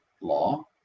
law